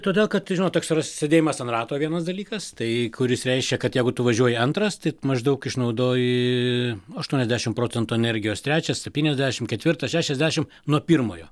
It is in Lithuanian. todėl kad žinot toks yra sėdėjimas ant rato vienas dalykas tai kuris reiškia kad jeigu tu važiuoji antras tai maždaug išnaudoji aštuoniasdešim procentų energijos trečias septyniasdešim ketvirtas šešiasdešim nuo pirmojo